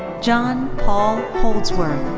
john paul holdsworth.